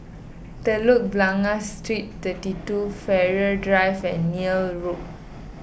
Telok Blangah Street thirty two Farrer Drive and Neil Road